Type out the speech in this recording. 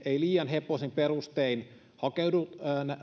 liian heppoisin perustein hakeudu